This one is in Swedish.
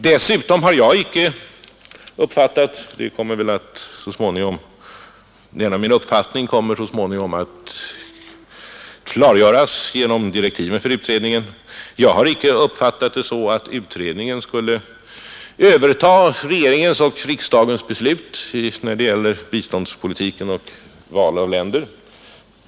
Dessutom har jag icke uppfattat det så att utredningen skulle överta regeringens och riksdagens beslutanderätt när det gäller biståndspolitiken och val av länder; min uppfattning kommer för övrigt att klargöras så småningom genom direktiven till utredningen.